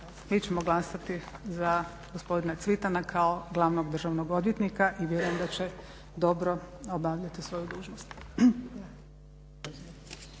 Mi ćemo glasati za gospodina Cvitana kao glavnog državnog odvjetnika i vjerujem da će dobro obavljati svoju dužnost.